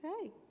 Okay